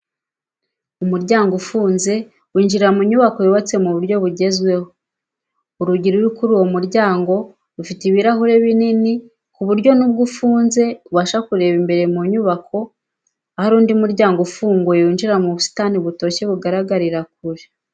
Umuryango ufunze winjira mu nyubako yubatse mu buryo bugezweho, urugi ruri kuri uwo muryango rufite ibirahuri binini ku buryo nubwo ufunze ubasha kureba imbere mu nyubako ahari undi muryango ufunguye winjira mu busitani butoshye bugaragarira kure.